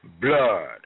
blood